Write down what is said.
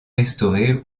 restaurées